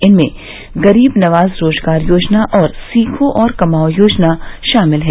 इनमें गरीब नवाज रोजगार योजना और सीखो और कमाओ योजना शामिल है